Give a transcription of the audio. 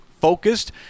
focused